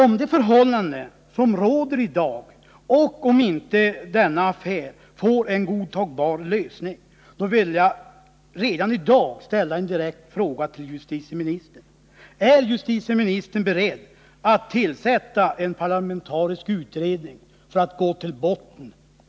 Om de förhållanden som råder i dag inte rättas till och om inte denna affär får en godtagbar lösning, är justitieministern då beredd att tillsätta en parlamentarisk utredning för att gå till botten med det här?